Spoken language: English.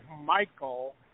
Michael